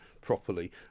properly